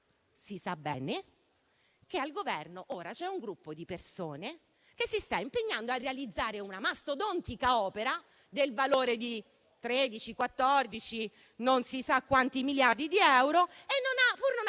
si sa bene che al Governo ora c'è un gruppo di persone che si sta impegnando a realizzare una mastodontica opera, del valore di 13 o 14 (non si sa quanti) miliardi di euro, pur non